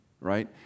right